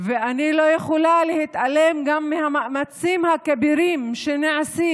ואני לא יכולה להתעלם גם מהמאמצים הכבירים שנעשים